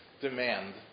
demand